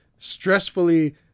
stressfully